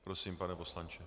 Prosím, pane poslanče.